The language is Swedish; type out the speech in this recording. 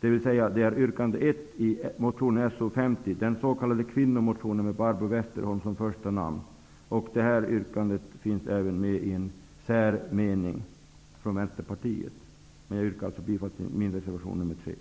dvs. till yrkande 1 i motion So50, den s.k. kvinnomotionen med Barbro Westerholm som första namn. Detta yrkande finns även med i en meningsyttring från Vänsterpartiet.